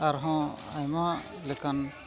ᱟᱨᱦᱚᱸ ᱟᱭᱢᱟ ᱞᱮᱠᱟᱱ